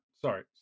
Sorry